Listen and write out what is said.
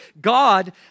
God